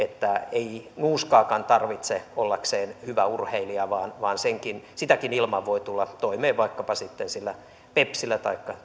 ei nuuskaakaan tarvitse ollakseen hyvä urheilija vaan sitäkin ilman voi tulla toimeen vaikkapa sitten pepsillä taikka